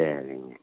சரிங்க